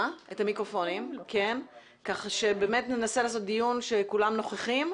כך שננסה לקיים דיון שכולם נוכחים,